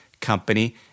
Company